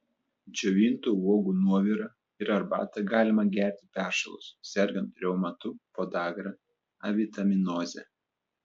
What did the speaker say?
džiovintų uogų nuovirą ir arbatą galima gerti peršalus sergant reumatu podagra avitaminoze